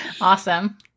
Awesome